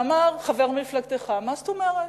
ואמר חבר מפלגתך: מה זאת אומרת?